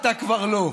אתה כבר לא.